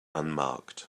unmarked